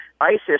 ISIS